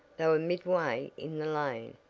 they were midway in the lane,